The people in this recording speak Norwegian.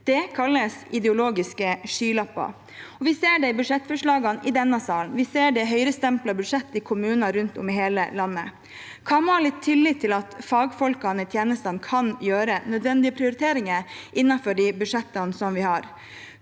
Det kalles ideologiske skylapper. Vi ser det i budsjettforslagene i denne salen. Vi ser det i Høyre-stemplede budsjetter i kommuner rundt om i hele landet. Hva med å ha litt tillit til at fagfolkene i tjenestene kan gjøre nødvendige prioriteringer innenfor de budsjettene som vi har?